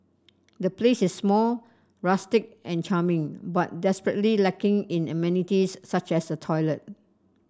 the place is small rustic and charming but desperately lacking in amenities such as a toilet